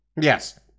Yes